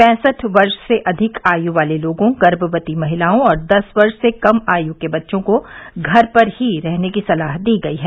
पैंसठ वर्ष से अधिक आयु वाले लोगों गर्भवती महिलाओं और दस वर्ष से कम आयु के बच्चों को घर पर ही रहने की सलाह दी गयी है